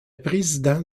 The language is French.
président